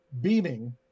beaming